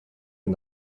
and